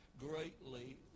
greatly